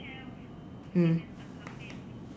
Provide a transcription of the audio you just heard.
mm